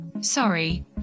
Sorry